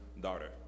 daughter